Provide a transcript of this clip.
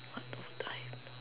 what would I